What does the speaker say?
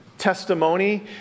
testimony